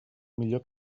millor